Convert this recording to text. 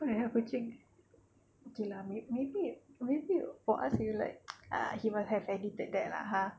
mana ada kucing okay lah maybe maybe for us it's like ah he must have edited that lah ha